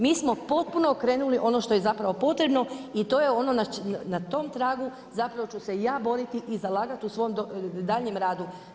Mi smo potpuno krenuli ono što je zapravo potrebno i to je ono, na tom tragu zapravo ću se i ja boriti i zalagati u svom daljnjem radu.